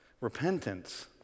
Repentance